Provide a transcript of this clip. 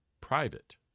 private